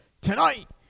Tonight